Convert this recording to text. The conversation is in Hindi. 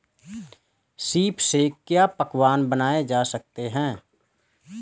सीप से क्या क्या पकवान बनाए जा सकते हैं?